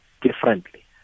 differently